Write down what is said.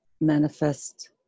manifest